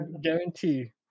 guarantee